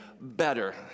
better